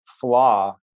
flaw